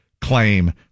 claim